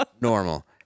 normal